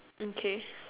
in case